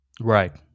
Right